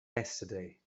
yesterday